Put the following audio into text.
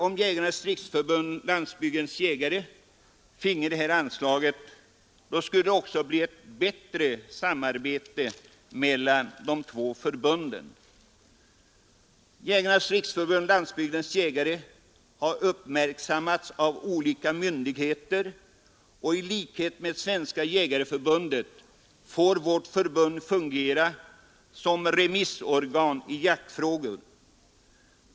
Om Jägarnas riksförbund-Landsbygdens jägare finge detta anslag, tror jag också det skulle bli ett bättre samarbete mellan de två förbunden. Jägarnas riksförbund-Landsbygdens jägare har uppmärksammats av olika myndigheter, och i likhet med Svenska jägareförbundet får vårt förbund fungera som remissorgan i jaktfrågor.